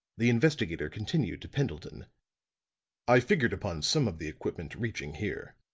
the investigator continued to pendleton i figured upon some of the equipment reaching here.